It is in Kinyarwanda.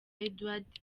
edouard